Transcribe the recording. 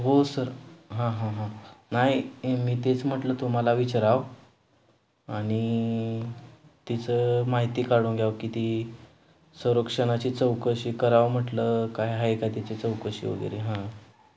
हो सर हां हां हां नाही मी तेच म्हटलं तुम्हाला विचारावं आणि तिचं माहिती काढून घ्यावं की ती संरक्षणाची चौकशी करावं म्हटलं काय आहे का तिची चौकशी वगैरे हां